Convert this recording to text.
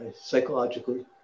psychologically